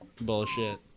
bullshit